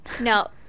No